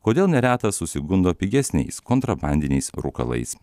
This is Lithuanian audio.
kodėl neretas susigundo pigesniais kontrabandiniais rūkalais